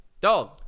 dog